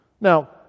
Now